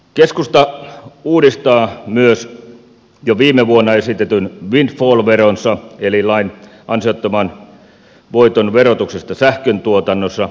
keskusta uudistaa myös jo viime vuonna esitetyn windfall veronsa eli lain ansiottoman voiton verotuksesta sähköntuotannossa